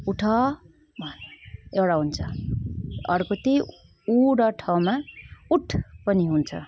उठ एउटा हुन्छ अर्को चाहिँ उ र ठ मा उठ पनि हुन्छ